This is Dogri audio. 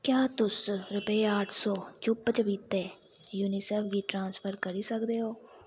क्या तुस रपेऽ अठ्ठ सौ चुप्प चपीते यूनिसेफ गी ट्रांसफर करी सकदे ओ